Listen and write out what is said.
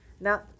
Now